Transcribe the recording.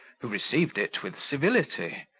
who received it with civility,